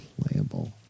playable